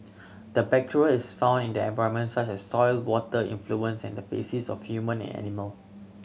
the bacteria is found in the environment such as soil water effluents and the faces of human and animal